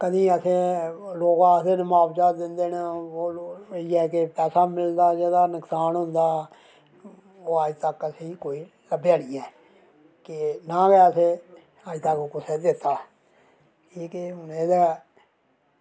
कदें असें ई लोक आखदे न मुआवजा दिंदे न इ'यै कि पैसा मिलदा जेह्दा नुकसान होंदा ओह् अजतक असेंगी कोई लब्भेआ निं ऐ ते ना गै असेंगी अजतक कुसै गी दित्ता की के मेरे